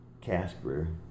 Casper